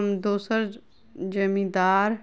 हम दोसर जमींदार